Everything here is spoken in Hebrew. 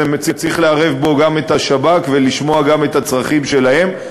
וצריך לערב בו גם את השב"כ ולשמוע גם את הצרכים שלהם.